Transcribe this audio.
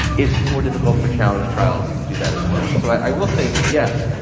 it's more difficult for challenge trials to do that as well. and so i will say that, yes,